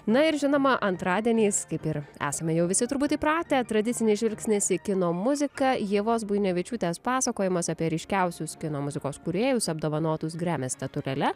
na ir žinoma antradieniais kaip ir esame jau visi turbūt įpratę tradicinis žvilgsnis į kino muziką ievos buinevičiūtės pasakojimas apie ryškiausius kino muzikos kūrėjus apdovanotus grammy statulėle